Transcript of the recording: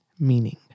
Meaning